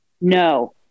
no